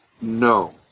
no